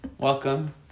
Welcome